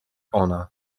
ona